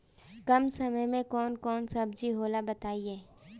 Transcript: कम समय में कौन कौन सब्जी होला बताई?